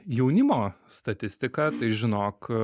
jaunimo statistika tai žinok